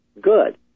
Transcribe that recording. Good